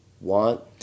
want